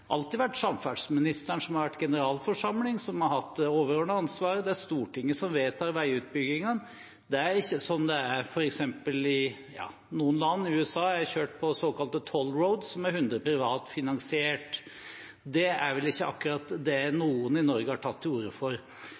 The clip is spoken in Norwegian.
alltid vært samferdselsministeren som har vært generalforsamling, og som har hatt det overordnede ansvaret. Det er Stortinget som vedtar veiutbyggingene. Det er ikke sånn som det er i noen land, som f.eks. i USA, hvor jeg har kjørt på «toll roads», som er 100 pst. privat finansiert. Det er vel ingen i Norge som har tatt til orde for